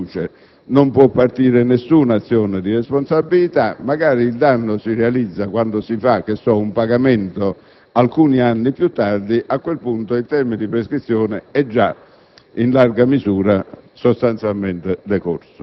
Ovviamente, fino a quando il danno concretamente si produce non può partire nessuna azione di responsabilità. Magari, il danno si realizza quando si fa un pagamento alcuni anni più tardi, e a quel punto il termine di prescrizione è già